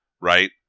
right